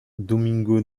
domingo